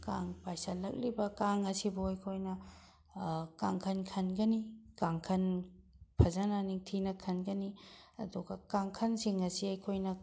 ꯀꯥꯡ ꯄꯥꯏꯁꯤꯜꯂꯛꯂꯤꯕ ꯀꯥꯡ ꯑꯁꯤꯕꯨ ꯑꯩꯈꯣꯏꯅ ꯀꯥꯡꯈꯟ ꯈꯟꯒꯅꯤ ꯀꯥꯡꯈꯟ ꯐꯖꯅ ꯅꯤꯡꯊꯤꯅ ꯈꯟꯒꯅꯤ ꯑꯗꯨꯒ ꯀꯥꯡꯈꯟꯁꯤꯡ ꯑꯁꯤ ꯑꯩꯈꯣꯏꯅ